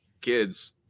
kids